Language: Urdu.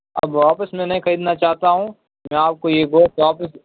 اب واپس میں نہیں خریدنا چاہتا ہوں میں آپ کو یہ گوشت واپس